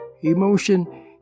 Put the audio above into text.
Emotion